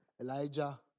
Elijah